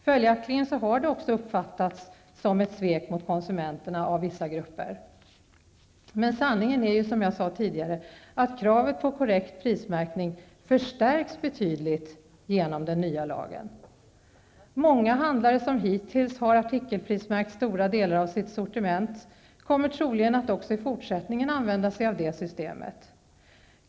Följaktligen har det också uppfattats som ett svek mot konsumenterna av vissa grupper. Men sanningen är, som jag sade tidigare, att kravet på korrekt prismärkning förstärks betydligt genom den nya lagen. Många handlare som hittills har artikelprismärkt stora delar av sitt sortiment kommer troligen också i fortsättningen att använda sig av det systemet.